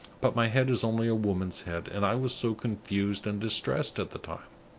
but my head is only a woman's head, and i was so confused and distressed at the time!